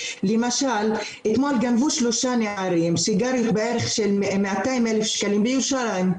למשל אתמול גנבו שלושה נערים סיגריות בערך של 200,000 שקלים בירושלים.